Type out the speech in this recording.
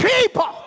people